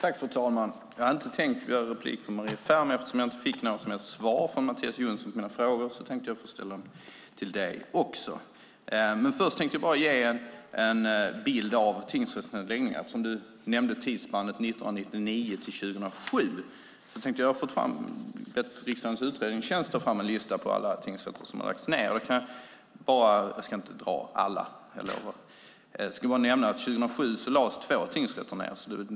Fru talman! Jag hade inte tänkt att begära replik på Maria Ferms anförande, men eftersom jag inte fick något som helst svar från Mattias Jonsson på mina frågor tänkte jag ställa dem till Maria Ferm också. Först tänkte jag ge en bild av tingsrättsnedläggningarna. Du nämnde tidsspannet 1999-2007. Jag lät riksdagens utredningstjänst ta fram en lista på alla tingsrätter som har lagts ned. Jag ska inte läsa upp alla, men jag kan nämna att 2007 lades två tingsrätter ned.